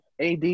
AD